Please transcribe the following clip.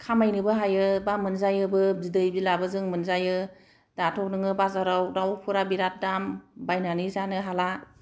खामायनोबो हायो बा मोनजायोबो बिदै बिलाबो जों मोनजायो दाथ' नोंङो बाजारफोराव दाउफोरा बिराद दाम बायनानै जानो हाला